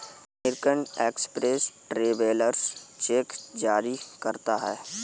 American Express travellers cheque जारी करता है